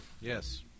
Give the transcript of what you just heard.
Yes